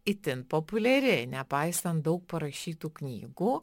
itin populiari nepaisant daug parašytų knygų